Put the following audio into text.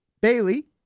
Bailey